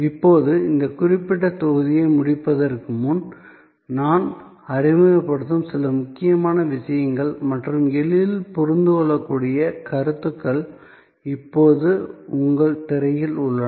இப்போது இந்த குறிப்பிட்ட தொகுதியை முடிப்பதற்கு முன் நான் அறிமுகப்படுத்தும் சில முக்கியமான விஷயங்கள் மற்றும் எளிதில் புரிந்துகொள்ளக்கூடிய கருத்துகள் இப்போது உங்கள் திரையில் உள்ளன